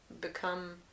become